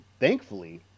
Thankfully